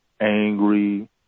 angry